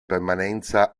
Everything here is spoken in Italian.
permanenza